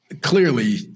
clearly